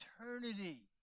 eternity